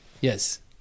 yes